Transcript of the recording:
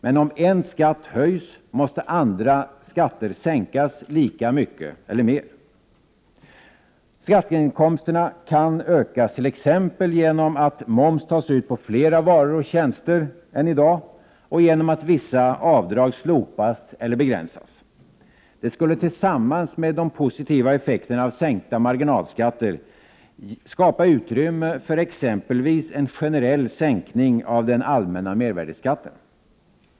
Men om en skatt höjs måste andra skatter sänkas lika mycket eller mer. 13 Skatteinkomsterna kan ökas t.ex. genom att moms tas ut på flera varor och tjänster än i dag och genom att vissa avdrag slopas eller begränsas. Detta skulle tillsammans med de positiva effekterna och sänkta marginalskatter skapa utrymme för exempelvis en generell sänkning av den allmänna mervärdeskatten.